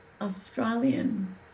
Australian